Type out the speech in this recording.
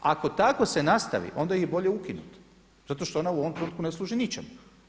Ako tako se nastavi onda ju je bolje ukinuti zato što ona u ovom trenutku ne služi ničemu.